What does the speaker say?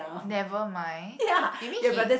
never mind you mean he